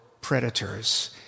predators